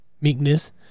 Meekness